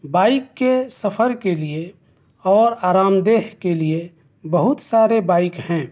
bike کے سفر کے لئے اور آرام دہ کے لئے بہت سارے بائیک ہیں